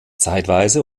zeitweise